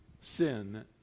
sin